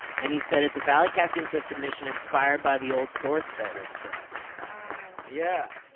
and he said it's a valleycast intro submission inspired by the old sourcefed intro. wow. yeah.